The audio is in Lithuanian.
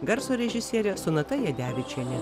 garso režisierė sonata jadevičienė